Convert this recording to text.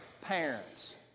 parents